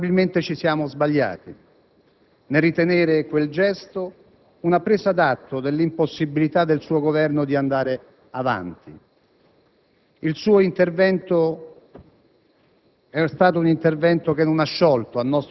nei confronti del Paese, ma probabilmente ci siamo sbagliati nel ritenere quel gesto una presa d'atto dell'impossibilità del suo Governo di andare avanti. Il suo intervento